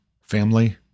family